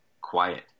quiet